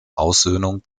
aussöhnung